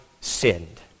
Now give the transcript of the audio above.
sinned